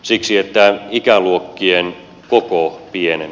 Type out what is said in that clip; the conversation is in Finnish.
siksi että ikäluokkien koko pienenee